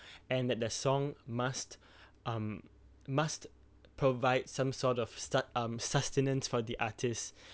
and that the song must um must provide some sort of sust~ um sustenance for the artist